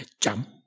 jump